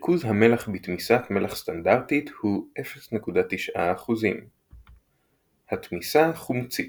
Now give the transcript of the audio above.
ריכוז המלח בתמיסת מלח סטנדרטית הוא 0.9%. התמיסה חומצית.